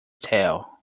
tale